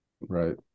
Right